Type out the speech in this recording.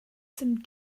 some